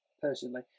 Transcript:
personally